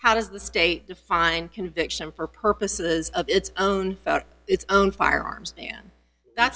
how does the state define conviction for purposes of its own its own firearms th